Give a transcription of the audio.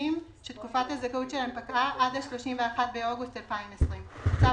בנכנסים שתקופת הזכאות שלהם פקעה עד ה-31 באוגוסט 2020. הצו